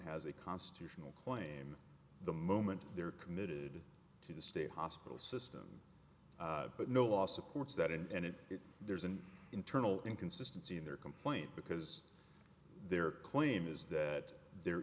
has a constitutional claim the moment they are committed to the state hospital system but no law supports that and it is there's an internal inconsistency in their complaint because their claim is that there